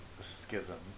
Schism